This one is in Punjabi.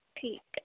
ਠੀਕ ਹੈ